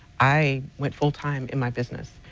i went full time in my business,